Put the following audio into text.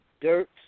dirt